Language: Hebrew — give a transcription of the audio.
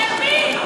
גוזלים באמצע היום.